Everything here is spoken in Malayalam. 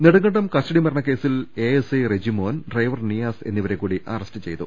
നെടുങ്കണ്ടം കസ്റ്റഡി മരണക്കേസിൽ എഎസ്ഐ റജിമോൻ ഡ്രൈവർ നിയാസ് എന്നിവരെ കൂടി അറസ്റ്റ് ചെയ്തു